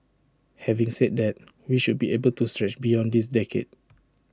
having said that we should be able to stretch beyond this decade